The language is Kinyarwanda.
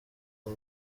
ngo